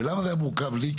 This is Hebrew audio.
ולמה זה מורכב לי?